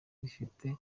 rifite